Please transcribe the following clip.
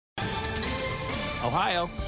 Ohio